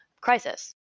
crisis